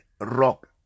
rock